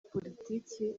politiki